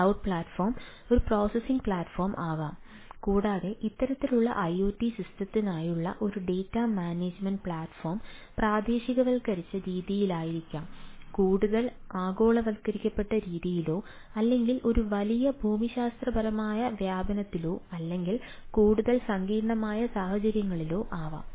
അതിനാൽ cloud platform ഒരു processing platform ആകാം കൂടാതെ ഇത്തരത്തിലുള്ള ഐഒടി സിസ്റ്റത്തിനായുള്ള ഒരു ഡാറ്റ മാനേജുമെന്റ് പ്ലാറ്റ്ഫോം പ്രാദേശികവൽക്കരിച്ച രീതിയിലായിരിക്കാം കൂടുതൽ ആഗോളവൽക്കരിക്കപ്പെട്ട രീതിയിലോ അല്ലെങ്കിൽ ഒരു വലിയ ഭൂമിശാസ്ത്രപരമായ വ്യാപനത്തിലോ അല്ലെങ്കിൽ കൂടുതൽ സങ്കീർണ്ണമായ സാഹചര്യങ്ങളിലോ ആകാം